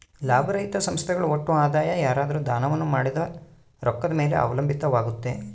ಲಾಭರಹಿತ ಸಂಸ್ಥೆಗಳ ಒಟ್ಟು ಆದಾಯ ಯಾರಾದ್ರು ದಾನವನ್ನ ಮಾಡಿದ ರೊಕ್ಕದ ಮೇಲೆ ಅವಲಂಬಿತವಾಗುತ್ತೆ